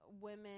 women